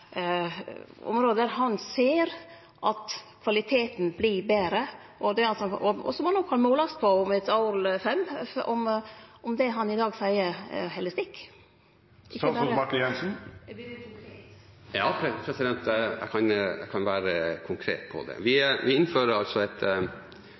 der han ser at kvaliteten vert betre, og som han òg kan målast på om eitt år, eller fem – om det han i dag seier, held stikk? Eg ber om at han er konkret. Ja, jeg kan være konkret om det. Vi